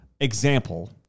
example